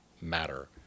matter